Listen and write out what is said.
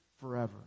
forever